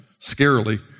scarily